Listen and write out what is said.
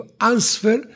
answer